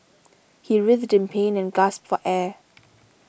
he writhed in pain and gasped for air